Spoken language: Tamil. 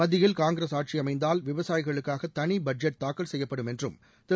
மத்தியில் காங்கிரஸ் ஆட்சி அமைந்தால் விவசாயிகளுக்காக தனி பட்ஜெட் தாக்கல் செய்யப்படும் என்றும் திரு